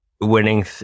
winning